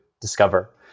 discover